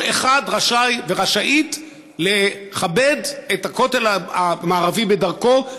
כל אחד רשאי ורשאית לכבד את הכותל המערבי בדרכו,